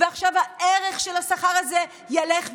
ועכשיו הערך של השכר הזה ילך וירד.